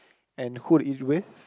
and who to eat it with